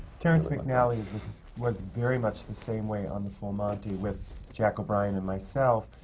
terrence mcnally was very much the same way on the full monty, with jack o'brien and myself,